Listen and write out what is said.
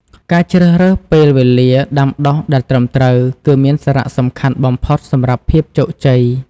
ការជ្រើសរើសពេលវេលាដាំដុះដែលត្រឹមត្រូវ គឺមានសារៈសំខាន់បំផុតសម្រាប់ភាពជោគជ័យ។